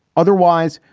otherwise,